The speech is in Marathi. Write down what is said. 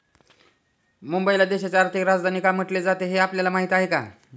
मुंबईला देशाची आर्थिक राजधानी का म्हटले जाते, हे आपल्याला माहीत आहे का?